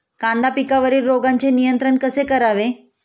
कांदा पिकावरील रोगांचे नियंत्रण कसे करावे?